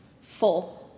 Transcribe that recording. Four